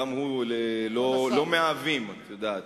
גם הוא לא מהעבים, את יודעת.